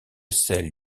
celle